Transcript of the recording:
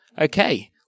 Okay